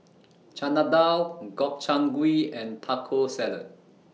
Chana Dal Gobchang Gui and Taco Salad